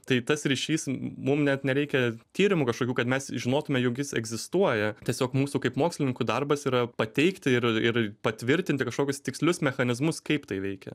tai tas ryšys mum net nereikia tyrimų kažkokių kad mes žinotume jog jis egzistuoja tiesiog mūsų kaip mokslininkų darbas yra pateikti ir ir patvirtinti kažkokius tikslius mechanizmus kaip tai veikia